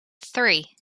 three